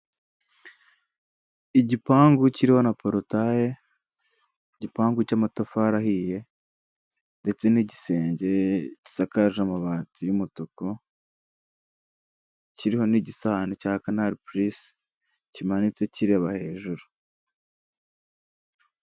Igipangu kiriho na porotaye, igipangu cy'amatafari ahiye ndetse n'igisenge gisakaje amabati y'umutuku, kiriho n'igisahane cya kanari purisi kimanitse kireba hejuru.